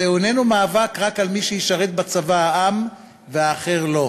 זהו איננו מאבק רק על מי שישרת בצבא העם והאחר לא.